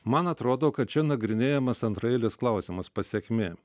man atrodo kad čia nagrinėjamas antraeilis klausimas pasekmė